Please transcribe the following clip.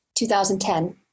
2010